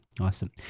awesome